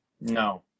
No